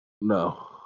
no